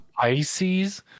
Pisces